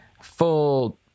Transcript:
full